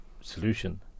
solution